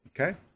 Okay